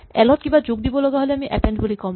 L ত কিবা যোগ দিব লগা হ'লে আমি এপেন্ড বুলি ক'ম